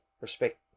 respect